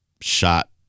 shot